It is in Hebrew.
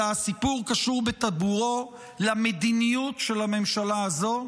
אלא הסיפור קשור בטבורו למדיניות של הממשלה הזו.